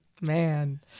Man